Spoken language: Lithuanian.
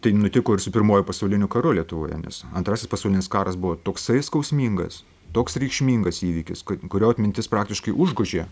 taip nutiko ir su pirmuoju pasauliniu karu lietuvoje nes antrasis pasaulinis karas buvo toksai skausmingas toks reikšmingas įvykis kurio atmintis praktiškai užgožė